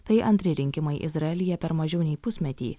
tai antri rinkimai izraelyje per mažiau nei pusmetį